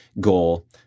goal